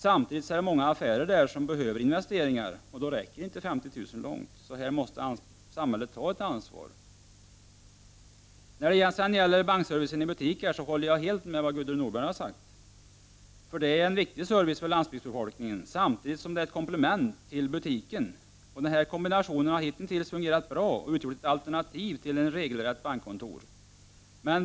Samtidigt finns det många affärer där som behöver göra investeringar, och då räcker 50 000 inte långt. Samhället måste ta ett ansvar här. När det gäller bankservice i butik håller jag helt med vad Gudrun Norberg har sagt. Det är en viktig service för landsbygdsbefolkningen, samtidigt som det är ett komplement till butiken. Kombinationen har hitintills fungerat bra och utgjort ett alternativ till ett vanligt bankkontor.